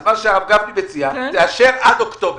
אז מה שהרב גפני מציע תאשר עד אוקטובר.